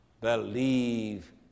believe